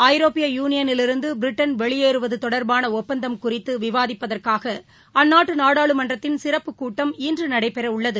ஐரோப்பிய யுனியனிலிருந்து பிரிட்டன் வெளியேறுவது தொடர்பான ஒப்பந்தம் குறித்து விவாதிப்பதற்காக அந்நாட்டு நாடாளுமன்றத்தின் சிறப்புக் கூட்டம் இன்று நடைபெறவுள்ளது